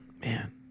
Man